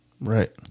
Right